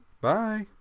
Bye